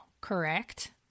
correct